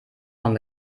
von